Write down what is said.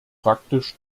praktisch